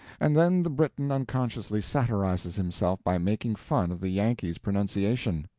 and then the briton unconsciously satirizes himself by making fun of the yankee's pronunciation.